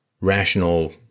rational